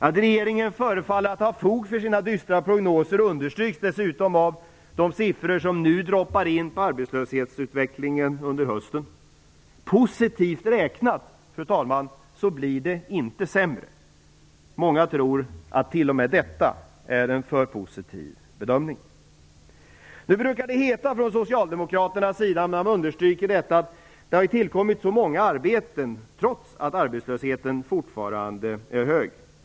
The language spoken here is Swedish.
Att regeringen förefaller att ha fog för sina dystra prognoser understryks dessutom av de siffror som nu droppar in om arbetslöshetsutvecklingen under hösten. Positivt räknat, fru talman, blir det inte sämre. Många tror att t.o.m. detta är en för positiv bedömning. Man brukade understryka från socialdemokraternas sida att det har tillkommit så många arbeten trots att arbetslösheten fortfarande är hög.